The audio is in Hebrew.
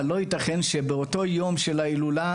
לא ייתכן שביום ההילולה,